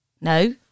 No